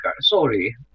Sorry